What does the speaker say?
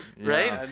right